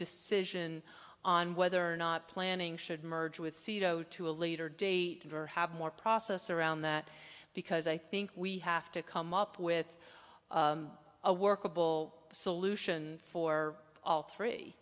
decision on whether or not planning should merge with sito to a later date and or have more process around that because i think we have to come up with a workable solution for all three